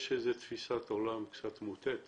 יש איזה תפיסת עולם קצת מוטעית